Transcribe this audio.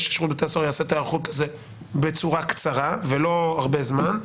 ששירות בתי הסוהר יעשה את ההיערכות הזאת בצורה קצרה ולא הרבה זמן.